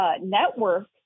network